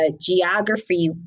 geography